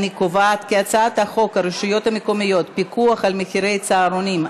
אני קובעת כי הצעת חוק הרשויות המקומיות (פיקוח על מחירי צהרונים),